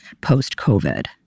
post-COVID